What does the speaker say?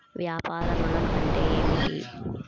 వ్యాపార ఋణం అంటే ఏమిటి?